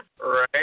Right